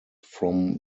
from